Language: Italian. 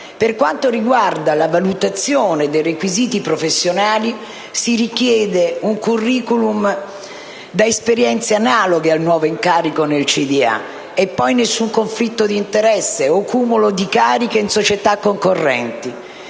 Per quanto riguarda la valutazione dei requisiti professionali, si richiede un *curriculum* con esperienze analoghe al nuovo incarico nel consiglio di amministrazione e nessun conflitto di interesse o cumulo di cariche in società concorrenti.